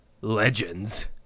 Legends